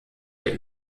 der